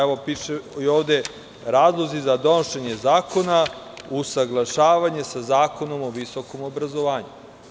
Evo, piše i ovde, razlozi za donošenje zakona – usaglašavanje sa Zakonom o visokom obrazovanju.